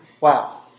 wow